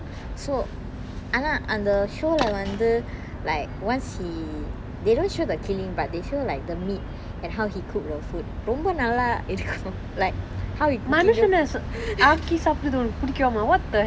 so ஆனா அந்த:aana antha show lah வந்து:vanthu like once he they don't show the killing part they show like the meat and how he cook the food ரொம்ப நல்லா இருக்கும்:romba nalla irukkum like how